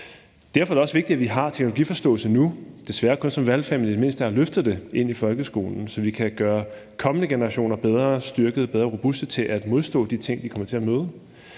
Derfor er det også vigtigt, at vi nu har teknologiforståelse, desværre kun som valgfag, men i det mindste har løftet det ind i folkeskolen, så vi kan gøre kommende generationer bedre styrket og mere robuste til at modstå de ting, de kommer til at møde,